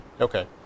okay